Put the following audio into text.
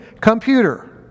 computer